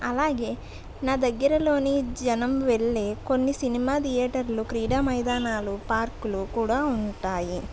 అలాగే నా దగ్గరలోని జనం వెళ్ళి కొన్ని సినిమా థియేటర్లు క్రీడా మైదానాలు పార్కులు కూడా ఉంటాయి